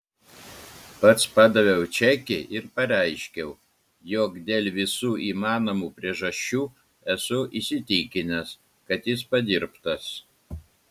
pats padaviau čekį ir pareiškiau jog dėl visų įmanomų priežasčių esu įsitikinęs kad jis padirbtas